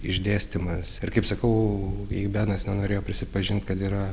išdėstymas ir kaip sakau jei benas nenorėjo prisipažint kad yra